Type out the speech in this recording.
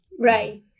Right